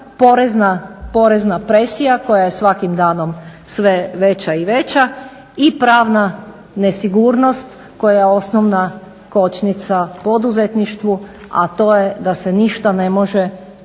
Porezna presija koja je svakim danom sve veća i veća i pravna nesigurnost koja je osnovna kočnica poduzetništvu, a to je da se ništa ne može dugoročno